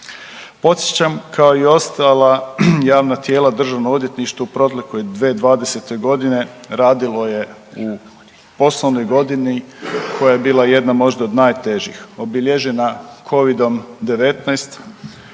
Podsjećam kao i ostala javna tijela državno odvjetništvo u protekloj 2020.g. radilo je u osnovnoj godini koja je bila jedna možda od najtežih, obilježena covidom-19